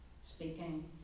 speaking